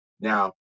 Now